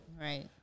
right